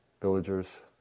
villagers